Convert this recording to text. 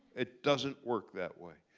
it doesn't work that way.